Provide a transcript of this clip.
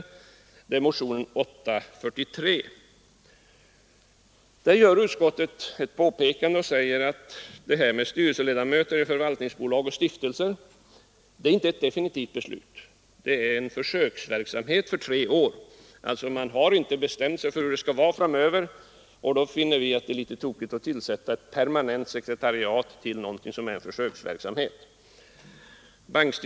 Den är grundad på motionen 843. Utskottet påpekar att beslutet om offentliga styrelseledamöter i förvaltningsbolag och stiftelser inte är ett definitivt beslut. Det avser en försöksverksamhet för tre år. Man har inte bestämt sig för hur det skall vara framöver, och då finner vi i utskottet att det är fel att tillsätta ett permanent sekretariat för något som är en försöksverksamhet.